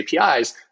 APIs